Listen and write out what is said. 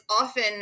often